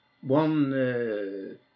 one